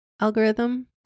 algorithm